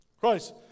Christ